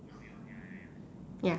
ya